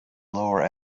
lower